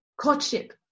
courtship